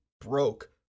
broke